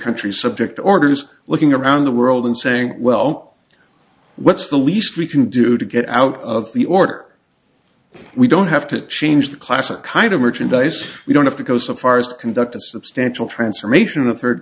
countries subject orders looking around the world and saying well what's the least we can do to get out of the order we don't have to change class a kind of merchandise we don't have to go so far as to conduct a substantial transformation of third